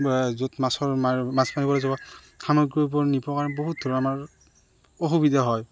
য'ত মাছৰ মাৰ মাছ মানিবলৈ যাব সামগ্ৰীবোৰ নিবৰ কাৰণে বহুত ধৰণৰ আমাৰ অসুবিধা হয়